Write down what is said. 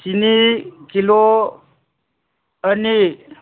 ꯆꯤꯅꯤ ꯀꯤꯂꯣ ꯑꯅꯤ